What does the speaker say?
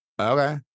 Okay